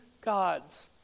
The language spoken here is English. gods